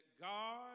God